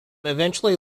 eventually